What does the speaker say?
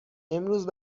امروز